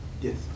Yes